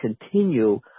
continue